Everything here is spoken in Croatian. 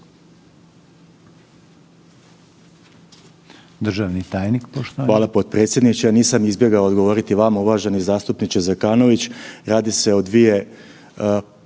Državni tajnik poštovani.